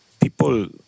People